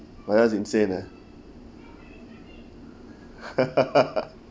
or else insane ah